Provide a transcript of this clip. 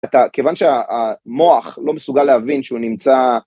אתה, כיוון שהמוח לא מסוגל להבין שהוא נמצא...